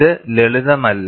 ഇത് ലളിതമല്ല